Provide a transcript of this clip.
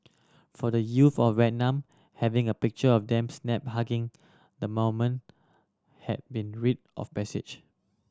for the youth of Vietnam having a picture of them snapped hugging the moment had been rite of passage